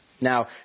Now